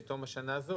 בתום השנה הזאת,